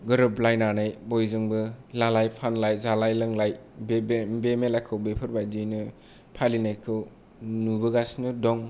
गोरोबलायनानै बयजोंबो लालाय फानलाय जालाय लोंलाय बे मेलाखौ बेफोरबादियैनो फालिनायखौ नुबोगासिनो दं